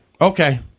Okay